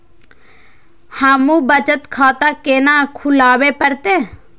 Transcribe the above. हमू बचत खाता केना खुलाबे परतें?